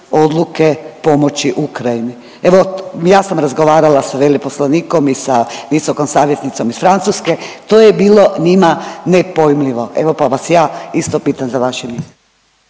odluke pomoći Ukrajini. Evo ja sam razgovarala sa veleposlanikom i sa visokom savjetnicom iz Francuske, to je bilo njima nepojmljivo. Evo pa vas ja isto pitam za vaše